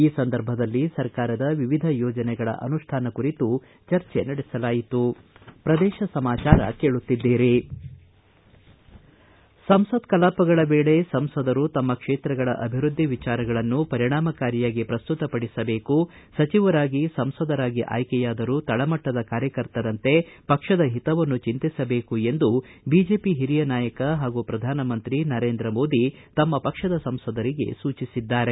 ಈ ಸಂದರ್ಭದಲ್ಲಿ ಸರ್ಕಾರದ ವಿವಿಧ ಯೋಜನೆಗಳ ಅನುಷ್ಠಾನ ಕುರಿತು ಚರ್ಚೆ ನಡೆಸಲಾಯಿತು ಪ್ರದೇಶ ಸಮಾಚಾರ ಕೇಳುತ್ತಿದ್ದೀರಿ ಸಂಸತ್ ಕಲಾಪಗಳ ವೇಳೆ ಸಂಸದರು ತಮ್ಮ ಕ್ಷೇತ್ರಗಳ ಅಭಿವೃದ್ಧಿ ವಿಚಾರಗಳನ್ನು ಪರಿಣಾಮಕಾರಿಯಾಗಿ ಪ್ರಸ್ತುತಪಡಿಸಬೇಕು ಸಚಿವರಾಗಿ ಸಂಸದರಾಗಿ ಆಯ್ಕೆಯಾದರೂ ತಳಮಟ್ಟದ ಕಾರ್ಯಕರ್ತರಂತೆ ಪಕ್ಷದ ಹಿತವನ್ನು ಚಿಂತಿಸಬೇಕು ಎಂದು ಬಿಜೆಪಿ ಹಿರಿಯ ನಾಯಕ ಹಾಗೂ ಪ್ರಧಾನಮಂತ್ರಿ ನರೇಂದ್ರ ಮೋದಿ ತಮ್ಮ ಪಕ್ಷದ ಸಂಸದರಿಗೆ ಸೂಚಿಸಿದ್ದಾರೆ